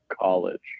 college